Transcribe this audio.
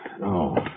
No